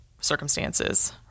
circumstances